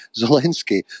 Zelensky